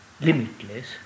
limitless